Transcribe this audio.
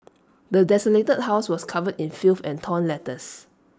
the desolated house was covered in filth and torn letters